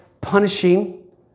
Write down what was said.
punishing